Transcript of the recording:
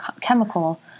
chemical